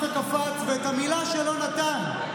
אפשר להתחיל, אדוני היושב-ראש?